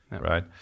right